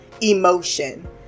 emotion